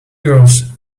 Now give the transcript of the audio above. yours